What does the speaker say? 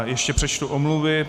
Ještě přečtu omluvy.